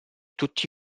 tutti